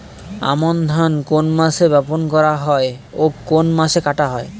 আমন ধান কোন মাসে বপন করা হয় ও কোন মাসে কাটা হয়?